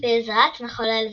בעזרת מחולל זמן,